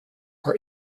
are